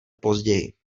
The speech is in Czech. později